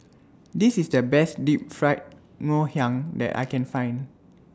This IS The Best Deep Fried Ngoh Hiang that I Can Find